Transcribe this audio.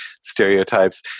stereotypes